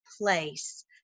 place